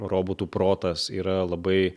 robotų protas yra labai